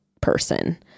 person